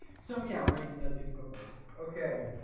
so yeah rating does get to go first okay?